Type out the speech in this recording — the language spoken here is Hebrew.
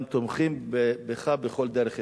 וגם תומכים בך בכל דרך אפשרית.